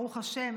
ברוך השם,